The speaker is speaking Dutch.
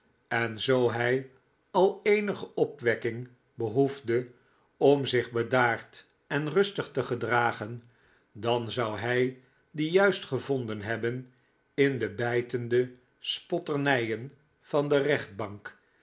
en zoo hij al eenige opwekking behoefde om zich bedaard en rustig te gedragen dan zou hij die juist gevonden hebben in de bijtende spotternijen van de rechtbank